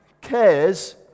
cares